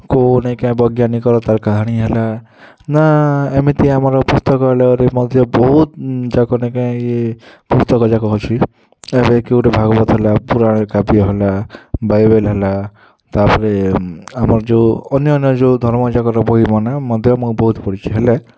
କୋଉ ନାଇକେଁ ବୈଜ୍ଞାନିକର ତାର୍ କାହାଣୀ ହେଲା ନା ଏମିତି ଆମର ପୁସ୍ତକାଲୟରେ ମଧ୍ୟ ବହୁତ୍ ଯାକ ନାଇକେଁ ଏ ପୁସ୍ତକଯାକ ଅଛି ଏବେ କେ ଗୁଟି ଭାଗବତ୍ ପୁରାଣ୍ କାବ୍ୟ ହେଲା ବାଇବେଲ୍ ହେଲା ତାପରେ ଆମର୍ ଯଉ ଅନ୍ୟାନ୍ୟ ଯୋଉ ଧର୍ମଯାକର ବହିମାନେ ମଧ୍ୟ ମୁଁ ବହୁତ୍ ପଢ଼ିଛି ହେଲେ